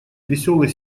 веселый